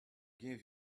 gave